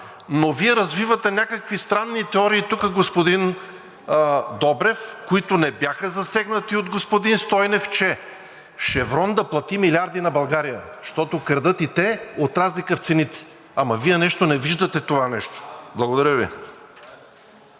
Но Вие развивате някакви странни теории тук, господин Добрев, които не бяха засегнати от господин Стойнев, че „Шеврон“ трябва да плати милиарди на България, защото крадат и те от разлика в цените, ама Вие нещо не виждате това нещо. Благодаря Ви.